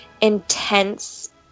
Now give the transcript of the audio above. intense